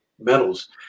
medals